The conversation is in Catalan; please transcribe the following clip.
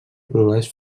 produeix